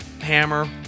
hammer